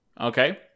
Okay